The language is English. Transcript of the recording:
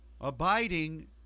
Abiding